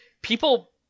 people